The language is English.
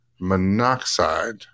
monoxide